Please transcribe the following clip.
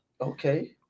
Okay